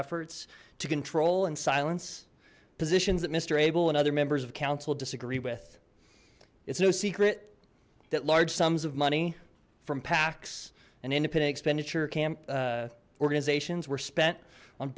efforts to control and silence positions that mister abel and other members of council disagree with it's no secret that large sums of money from pacs and independent expenditure camp organizations were spent on